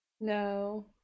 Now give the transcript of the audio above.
No